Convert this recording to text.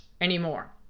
anymore